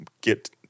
get